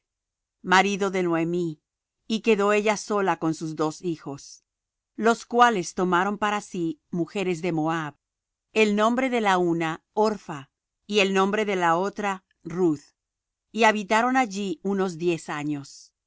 marido de noemi y quedó ella con sus dos hijos los cuales tomaron para sí mujeres de moab el nombre de la una orpha y el nombre de la otra ruth y habitaron allí unos diez años